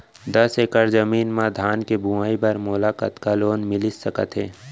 दस एकड़ जमीन मा धान के बुआई बर मोला कतका लोन मिलिस सकत हे?